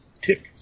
tick